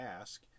ask